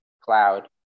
cloud